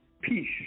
peace